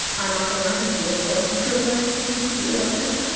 i'm not gonna knock a single door for joe biden, to be completely honest.